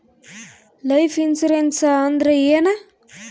Life insurance ಅಂದ್ರ ಏನ?